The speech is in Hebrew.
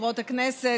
חברות וחברי הכנסת,